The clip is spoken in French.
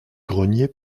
grenier